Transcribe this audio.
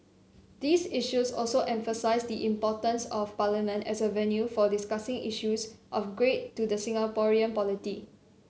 these issues also emphasise the importance of Parliament as a venue for discussing issues of great to the Singaporean polity